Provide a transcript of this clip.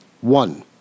One